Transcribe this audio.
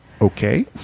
Okay